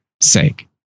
sake